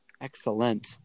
Excellent